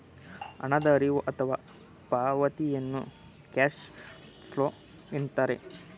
ಹಣದ ಹರಿವು ಅಥವಾ ಪಾವತಿಯನ್ನು ಕ್ಯಾಶ್ ಫ್ಲೋ ಎನ್ನುತ್ತಾರೆ